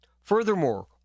Furthermore